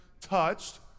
touched